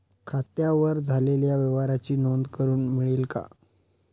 खात्यावर झालेल्या व्यवहाराची नोंद करून मिळेल का?